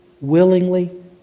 willingly